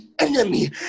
enemy